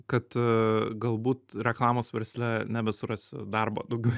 kad galbūt reklamos versle nebesurasiu darbo daugiau